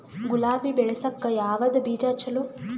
ಗುಲಾಬಿ ಬೆಳಸಕ್ಕ ಯಾವದ ಬೀಜಾ ಚಲೋ?